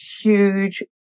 huge